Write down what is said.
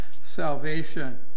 salvation